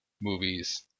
movies